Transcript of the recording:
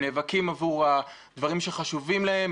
הם נאבקים עבור הדברים שחשובים להם.